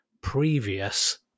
previous